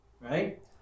right